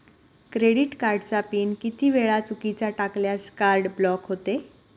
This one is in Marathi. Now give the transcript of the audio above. क्रेडिट कार्डचा पिन किती वेळा चुकीचा टाकल्यास कार्ड ब्लॉक होते?